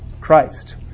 Christ